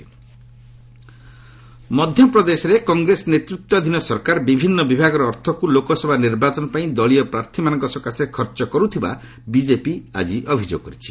BJP Congress ମଧ୍ୟପ୍ରଦେଶରେ କଂଗ୍ରେସ ନେତୃତ୍ୱାଧୀନ ସରକାର ବିଭିନ୍ନ ବିଭାଗର ଅର୍ଥକୁ ଲୋକସଭା ନିର୍ବାଚନ ପାଇଁ ଦଳୀୟ ପ୍ରାର୍ଥୀମାନଙ୍କ ସକାଶେ ଖର୍ଚ୍ଚ କର୍ଥିବା ବିଜେପି ଅଭିଯୋଗ କରିଛି